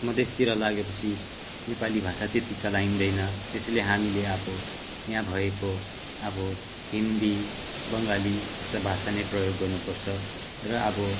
मधेसतिर लागेपछि नेपाली भाषा त्यति चलाइँदैन त्यसैले हामीले अब यहाँ भएको अब हिन्दी बङ्गाली जस्तो भाषा नै प्रयोग गर्नुपर्छ र अब